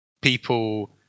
people